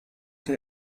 der